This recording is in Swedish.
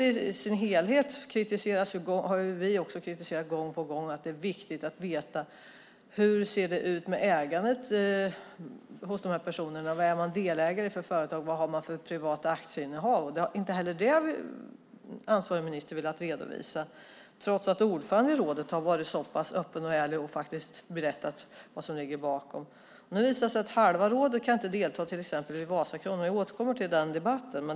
Vi har också gång på gång kritiserat rådet i dess helhet, eftersom det är viktigt att veta hur det ser ut med ägandet bland dessa personer, vilka företag de är delägare i och vilka privata aktieinnehav de har. Inte heller det har ansvarig minister velat redovisa trots att ordföranden i rådet varit öppen och ärlig och berättat vad som ligger bakom. Nu visar det sig att halva rådet inte kan delta till exempel då det gäller Vasakronan; jag återkommer till den debatten senare.